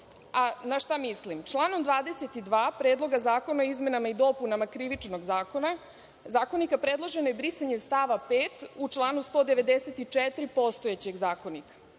a na šta mislim? Članom 22. Predloga zakona o izmenama i dopunama Krivičnog zakonika predloženo je brisanje stava 5. u članu 194. postojećeg Zakonika